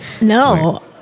No